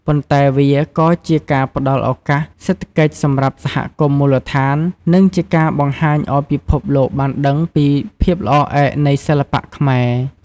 ប៉ុន្តែវាក៏ជាការផ្ដល់ឱកាសសេដ្ឋកិច្ចសម្រាប់សហគមន៍មូលដ្ឋាន និងជាការបង្ហាញឲ្យពិភពលោកបានដឹងពីភាពល្អឯកនៃសិល្បៈខ្មែរ។